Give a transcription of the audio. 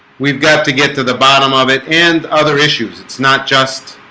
we've got to get to the bottom of it and other issues. it's not just